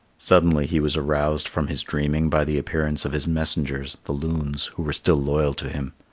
suddenly he was aroused from his dreaming by the appearance of his messengers, the loons, who were still loyal to him.